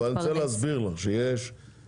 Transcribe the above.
אבל אני רוצה להסביר לך שיש התפתחויות,